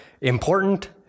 important